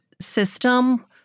system